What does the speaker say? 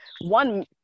one